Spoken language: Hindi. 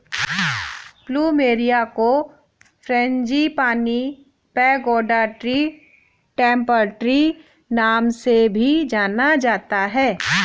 प्लूमेरिया को frangipani, pagoda tree, temple tree नाम से भी जाना जाता है